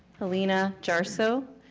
hillina jarso,